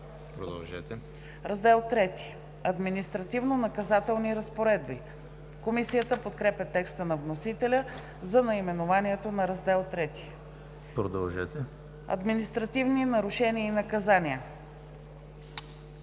митниците.“ „Раздел III – Административнонаказателни разпоредби“. Комисията подкрепя текста на вносителя за наименованието на Раздел ІІІ. „Административни нарушения и наказания“.